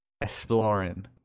Exploring